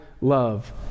love